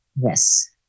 Yes